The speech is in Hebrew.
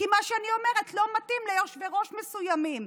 כי מה שאני אומרת לא מתאים ליושבי-ראש מסוימים.